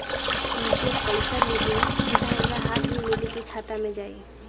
ई जो पइसा मिली सीधा हमरा हाथ में मिली कि खाता में जाई?